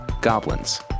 goblins